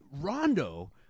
Rondo